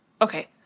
Okay